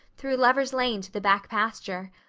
through lovers' lane to the back pasture.